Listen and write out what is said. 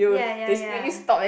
ya ya ya